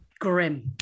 grim